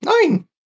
nine